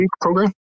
program